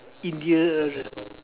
India